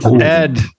Ed